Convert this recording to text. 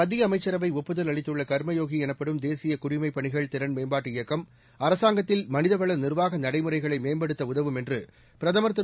மத்திய அமைச்சரவை ஒப்புதல் அளித்துள்ள கர்மயோகி எனப்படும் தேசிய குடிமைப் பணிகள் திறள் மேம்பாட்டு இயக்கம் அரசாங்கத்தில் மனிதவள நிர்வாக நடைமுறைகளை மேம்படுத்த உதவும் என்று பிரதமர் திரு